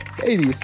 baby